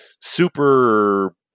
super